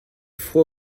froid